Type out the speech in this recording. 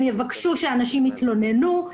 הם יבקשו שאנשים יתלוננו,